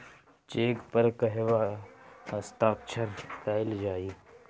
Check पर कहवा हस्ताक्षर कैल जाइ?